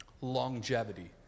longevity